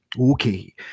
Okay